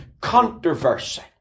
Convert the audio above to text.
controversy